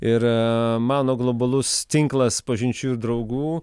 ir mano globalus tinklas pažinčių ir draugų